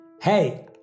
Hey